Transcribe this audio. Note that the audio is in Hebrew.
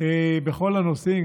בכל הנושאים,